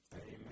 Amen